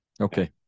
Okay